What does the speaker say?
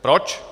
Proč?